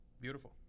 beautiful